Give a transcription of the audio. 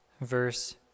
Verse